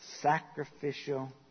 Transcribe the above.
Sacrificial